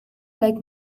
like